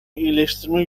iyileştirme